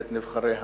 "בית נבחרי העם".